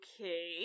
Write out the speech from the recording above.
okay